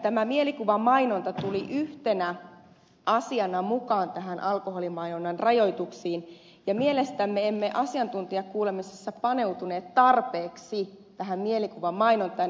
tämä mielikuvamainonta tuli yhtenä asiana mukaan alkoholimainonnan rajoituksiin ja mielestämme emme asiantuntijakuulemisessa paneutuneet tarpeeksi tähän mielikuvamainontaan